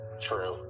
True